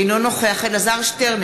אינו נוכח אלעזר שטרן,